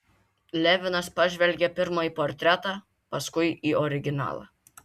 levinas pažvelgė pirma į portretą paskui į originalą